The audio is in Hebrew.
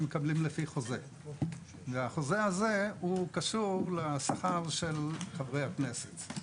הם מקבלים שכר על פי חוזה והחוזה הזה הוא קשור לשכר של חברי הכנסת.